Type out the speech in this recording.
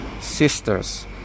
sisters